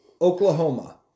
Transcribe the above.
Oklahoma